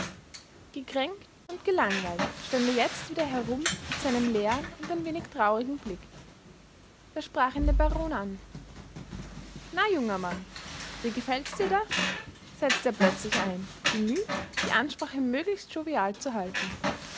gekränkt und gelangweilt stand er jetzt wieder herum mit seinem leeren und ein wenig traurigen blick da sprach ihn der baron an na junger mann wie gefällts dir da setzte er plötzlich ein bemüht die ansprache möglichst jovial zu halten